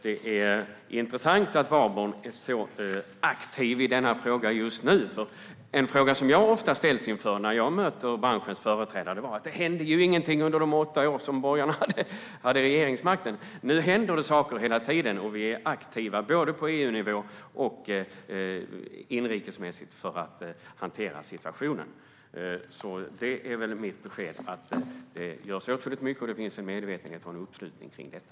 Det är intressant att Jörgen Warborn är så aktiv i denna fråga just nu, för en uppfattning jag ofta ställs inför när jag möter branschens företrädare är att det inte hände något under de åtta år som borgarna hade regeringsmakten. Men nu händer det saker hela tiden, och vi är aktiva både på EUnivå och i inrikespolitiken för att hantera situationen. Mitt besked är alltså att det görs åtskilligt, och det finns en medvetenhet om och en uppslutning kring detta.